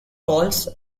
calls